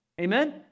Amen